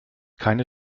keine